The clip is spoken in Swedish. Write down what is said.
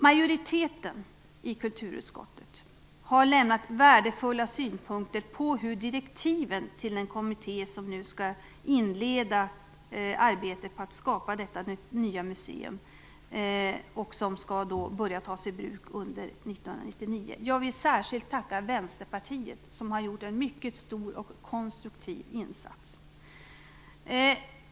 Majoriteten i kulturutskottet har lämnat värdefulla synpunkter på direktiven till den kommitté som nu skall inleda arbetet på att skapa detta nya museum, som skall börja tas i bruk under 1999. Jag vill särskilt tacka Vänsterpartiet, som har gjort en mycket stor och konstruktiv insats.